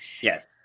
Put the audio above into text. Yes